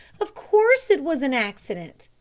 of course it was an accident!